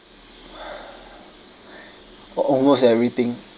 o~ almost everything